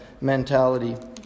mentality